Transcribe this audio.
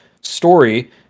story